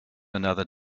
another